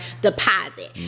deposit